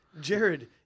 Jared